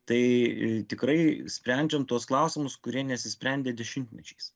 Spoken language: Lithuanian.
tai tikrai sprendžiam tuos klausimus kurie nesisprendė dešimtmečiais